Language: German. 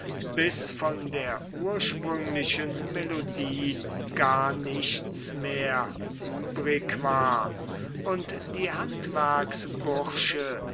bis von der ursprünglichen melodie gar nichts mehr übrig war und die